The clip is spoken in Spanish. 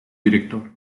director